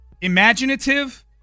Imaginative